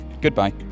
goodbye